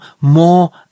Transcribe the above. more